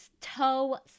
toe